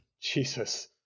Jesus